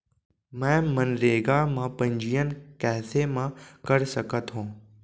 मैं मनरेगा म पंजीयन कैसे म कर सकत हो?